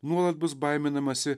nuolat bus baiminamasi